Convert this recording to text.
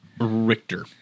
Richter